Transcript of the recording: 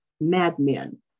madmen